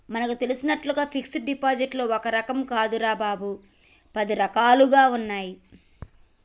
మనకు తెలిసినట్లుగా ఫిక్సడ్ డిపాజిట్లో ఒక్క రకం కాదురా బాబూ, పది రకాలుగా ఉన్నాయి